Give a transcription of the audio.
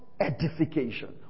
edification